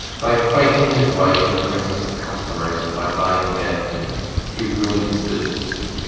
by fighting his wife in the presence of customers and by buying bad meat he ruined his business.